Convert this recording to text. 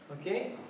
Okay